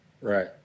Right